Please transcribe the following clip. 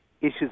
issues